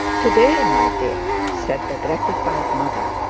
to-day, my dear said the gratified mother.